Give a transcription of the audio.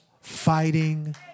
fighting